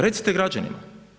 Recite građanima.